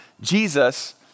Jesus